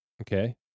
okay